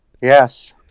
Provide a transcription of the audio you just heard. Yes